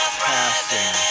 passing